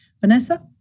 Vanessa